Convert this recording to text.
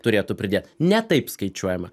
turėtų pridėt ne taip skaičiuojama